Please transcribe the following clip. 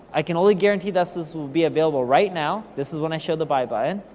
i can only guarantee this this will be available right now. this is when i show the buy button.